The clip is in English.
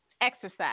exercise